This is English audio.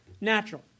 natural